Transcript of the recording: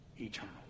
eternal